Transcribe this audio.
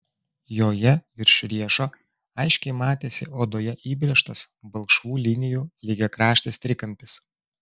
joje virš riešo aiškiai matėsi odoje įbrėžtas balkšvų linijų lygiakraštis trikampis